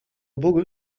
bóg